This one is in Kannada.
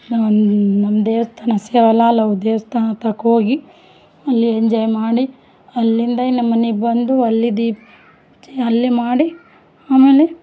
ನಮ್ಮ ನಮ್ಮ ದೇವಸ್ಥಾನ ಸೇವವಾಲಾಲ್ ಅವ್ರ ದೇವಸ್ಥಾನ ತಕೋಗಿ ಅಲ್ಲಿ ಎಂಜಾಯ್ ಮಾಡಿ ಅಲ್ಲಿಂದ ಏನು ನಮ್ಮ ಮನೆಗ್ ಬಂದು ಅಲ್ಲಿ ದೀಪ ಅಲ್ಲೇ ಮಾಡಿ ಆಮೇಲೆ